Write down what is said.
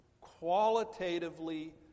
qualitatively